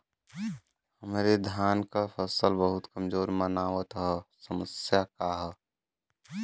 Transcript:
हमरे धान क फसल बहुत कमजोर मनावत ह समस्या का ह?